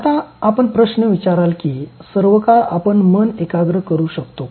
आता आपण प्रश्न विचाराल की सर्वकाळ आपण मन एकाग्र करू शकतो का